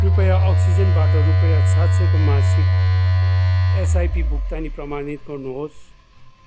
कृपया अक्सिजेनबाट रुपियाँ सात सयको मासिक एसआइपी भुक्तानी प्रमाणित गर्नुहोस्